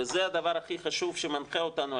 וזה הדבר הכי חשוב שמנחה אותנו,